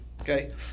Okay